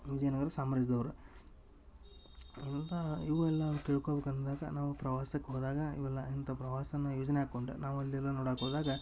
ವಿಜಯನಗರ ಸಾಮ್ರಾಜ್ಯದವ್ರ ಇಂಥಾ ಇವೆಲ್ಲಾ ತಿಳ್ಕೋಬೇಕು ಅಂದಾಗ ನಾವು ಪ್ರವಾಸಕ್ಕೆ ಹೋದಾಗ ಇವೆಲ್ಲಾ ಇಂಥಾ ಪ್ರವಾಸನ ಯೋಜನೆ ಹಾಕ್ಕೊಂಡ ನಾವು ಅಲ್ಲೆಲ್ಲ ನೋಡಾಕ ಹೋದಾಗ